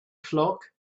flock